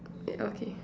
ya okay